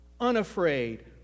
unafraid